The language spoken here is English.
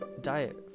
diet